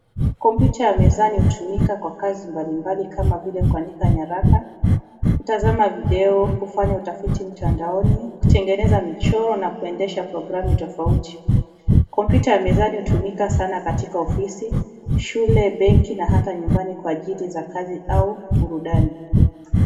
Kompyuta ya mezani hutumika kwa kazi mbalimbali kama vile kuandika nyaraka, kutazama video, kufanya utafiti mtandaoni, kutengeneza michoro na kuendesha programu tofauti. Kompyuta ya mezani hutumika sana katika ofisi, shule, benki na hata nyumbani kwa ajili za kazi au burudani.